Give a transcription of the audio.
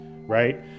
right